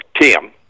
Tim